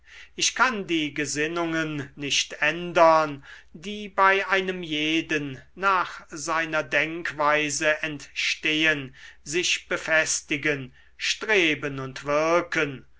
ich kann die gesinnungen nicht ändern die bei einem jeden nach seiner denkweise entstehen sich befestigen streben und wirken